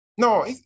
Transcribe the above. No